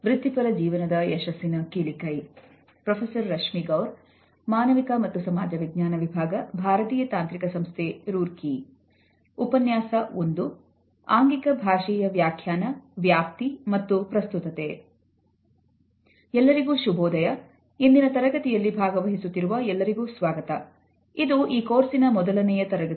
ಎಲ್ಲರಿಗೂ ಶುಭೋದಯ ಇಂದಿನ ತರಗತಿಯಲ್ಲಿ ಭಾಗವಹಿಸುತ್ತಿರುವ ಎಲ್ಲರಿಗೂ ಸ್ವಾಗತ ಇದು ಈ ಕೋರ್ಸಿನ ಮೊದಲನೆಯ ತರಗತಿ